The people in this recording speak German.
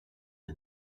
der